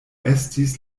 estis